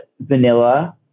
vanilla